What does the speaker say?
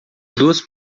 duas